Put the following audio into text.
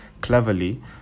cleverly